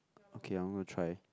okay I'm gonna try